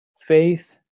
Faith